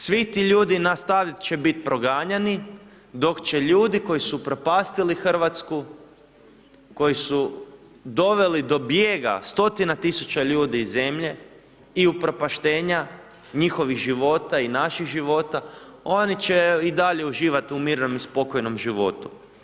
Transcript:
Svi ti ljudi nastavit će bit proganjani dok će ljudi koji su upropastili Hrvatsku, koji su doveli do bijega stotina tisuća ljudi iz zemlje i upropaštenja njihovih života i naših života oni će i dalje uživat u mirnom i spokojnom životu.